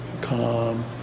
calm